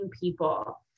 people